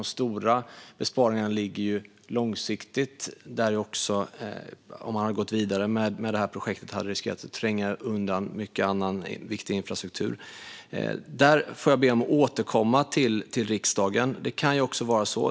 De stora besparingarna är långsiktiga och gäller att om man hade gått vidare med det här projektet hade man riskerat att tränga undan annan viktig infrastruktur. Jag ber att få återkomma till riksdagen angående detta.